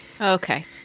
Okay